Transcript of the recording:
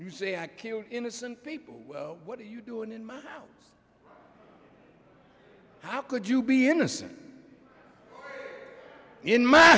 you say i killed innocent people what are you doing in my house how could you be innocent in my